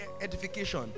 edification